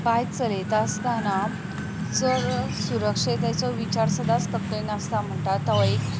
बायक चलयता आसतना चड सुरक्षतेचो विचार सदांच तकलेन आसता म्हणटा तो एक